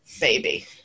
baby